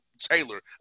Taylor